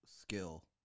skill